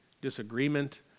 disagreement